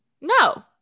no